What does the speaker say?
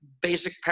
basic